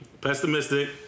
pessimistic